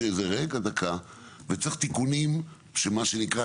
וצריך תיקונים שמה שנקרא,